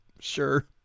sure